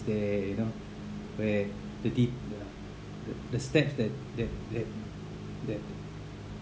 there you know where the de~ the the the steps that that that that